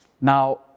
Now